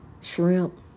shrimp